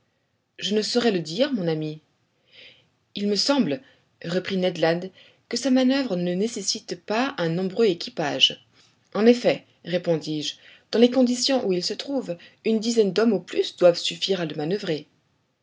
je ne saurais le dire mon ami il me semble reprit ned land que sa manoeuvre ne nécessite pas un nombreux équipage en effet répondis-je dans les conditions où il se trouve une dizaine d'hommes au plus doivent suffire à le manoeuvrer